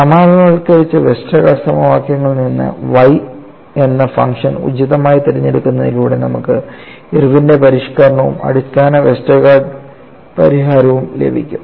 സാമാന്യവൽക്കരിച്ച വെസ്റ്റർഗാർഡ് സമവാക്യങ്ങളിൽ നിന്ന് Y എന്ന ഫംഗ്ഷൻ ഉചിതമായി തിരഞ്ഞെടുക്കുന്നതിലൂടെ നമുക്ക് ഇർവിന്റെ പരിഷ്ക്കരണവും അടിസ്ഥാന വെസ്റ്റർഗാർഡ് പരിഹാരവും ലഭിക്കും